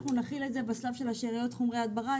את התוספות נחיל בשלב של שאריות חומרי ההדברה.